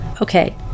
okay